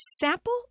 sample